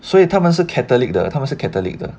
所以他们是 catholic 的他们是 catholic 的